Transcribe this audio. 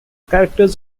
characters